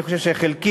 אני חושב שחלקית